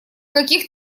таких